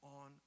on